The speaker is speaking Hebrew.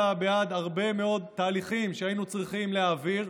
בעד הרבה מאוד תהליכים שהיינו צריכים להעביר,